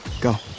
Go